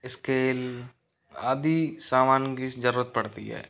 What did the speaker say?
scale आदि सामान की जरुरत पड़ती है